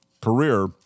career